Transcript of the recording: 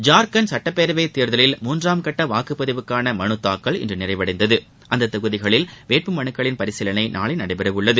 ஜார்கண்ட் சட்டப்பேரவைத் தேர்தலில் மூன்றாம் கட்ட வாக்குப்பதிவுக்கான மனு தூக்கல் இன்று நிறைவடைந்தது அந்த தொகுதிகளில் வேட்பு மனுக்களின் பரிசீலனை நாளை நடைபெறவுள்ளது